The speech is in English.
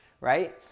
right